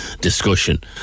discussion